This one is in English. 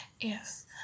yes